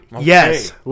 Yes